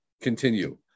continue